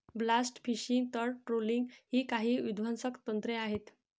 blast fishing, तळ trawling इ काही विध्वंसक तंत्रे आहेत